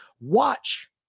watch